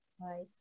right